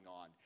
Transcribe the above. on